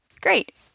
Great